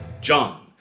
John